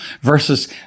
versus